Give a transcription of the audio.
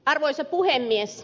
arvoisa puhemies